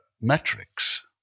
metrics